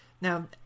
Now